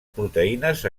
proteïnes